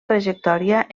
trajectòria